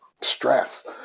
stress